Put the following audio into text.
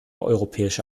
europäische